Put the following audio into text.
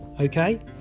okay